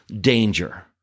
danger